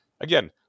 again